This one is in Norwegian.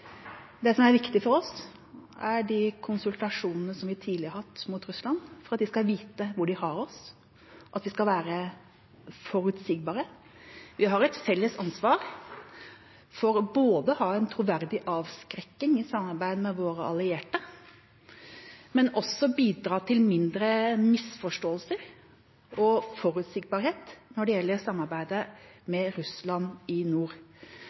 Det som er viktig for oss, er de konsultasjonene vi tidlig har hatt mot Russland, for at de skal vite hvor de har oss, og at vi skal være forutsigbare. Vi har et felles ansvar for både å ha en troverdig avskrekking i samarbeid med våre allierte, og også bidra til færre misforståelser og en forutsigbarhet når det gjelder samarbeidet med Russland i nord.